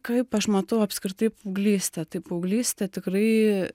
kaip aš matau apskritai paauglystę tai paauglystė tikrai